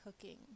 cooking